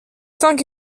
cinq